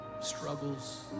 struggles